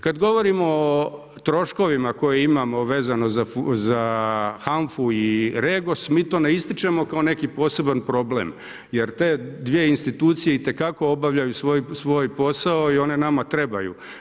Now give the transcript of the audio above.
Kada govorimo o troškovima koje imamo vezano za HANFA-u i REGOS mi to ne ističemo kao neki poseban problem jer te dvije institucije itekako obavljaju svoj posao i one nama trebaju.